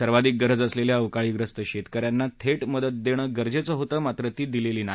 सर्वाधिक गरज असलेल्या अवकाळीग्रस्त शेतकऱ्यांना थेट मदत देणं गरजेचं होतं मात्र ती दिलेली नाही